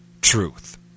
truth